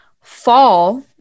fall